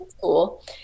cool